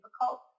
difficult